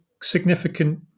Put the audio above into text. significant